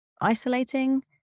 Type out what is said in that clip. isolating